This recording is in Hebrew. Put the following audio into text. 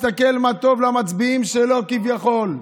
וכל אחד מסתכל מה טוב למצביעים שלו כביכול.